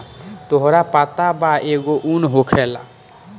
तोहरा पता बा एगो उन होखेला